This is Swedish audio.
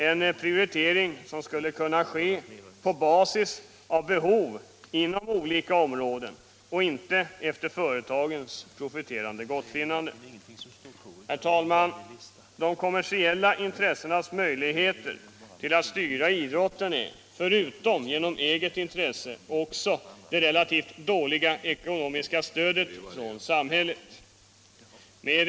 En prioritering som skulle kunna ske på basis av behov inom olika områden och inte efter företagens profiterande gottfinnande. Herr talman! Till de kommersiella intressenas möjligheter att styra idrotten bidrar, förutom deras egna insatser, också det relativt dåliga ekonomiska stödet från samhället.